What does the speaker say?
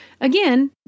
again